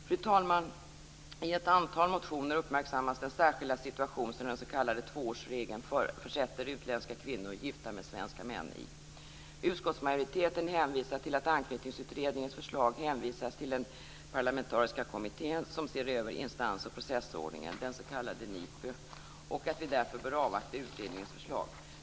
Fru talman! I ett antal motioner uppmärksammas den särskilda situation som den s.k. tvåårsregeln försätter utländska kvinnor gifta med svenska män i. Utskottsmajoriteten pekar på att Anknytningsutredningens förslag hänvisats till den parlamentariska kommitté som ser över instans och processordningen, NIPU, och att vi därför bör avvakta utredningens förslag.